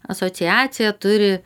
asociacija turi